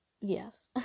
yes